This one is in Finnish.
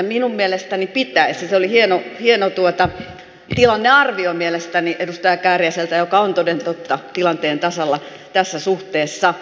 minun mielestäni pitäisi se oli hieno tilannearvio mielestäni edustaja kääriäiseltä joka on toden totta tilanteen tasalla tässä suhteessa